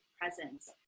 presence